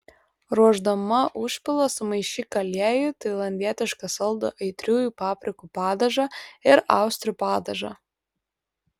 ruošdama užpilą sumaišyk aliejų tailandietišką saldų aitriųjų paprikų padažą ir austrių padažą